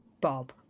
Bob